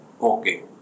Okay